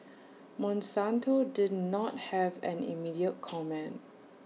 monsanto did not have an immediate comment